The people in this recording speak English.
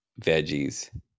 veggies